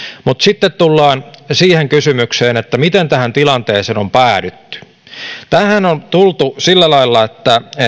mutta sitten tullaan siihen kysymykseen miten tähän tilanteeseen on päädytty tähän on tultu sillä lailla